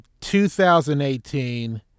2018